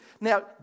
Now